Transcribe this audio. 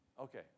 Okay